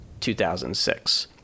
2006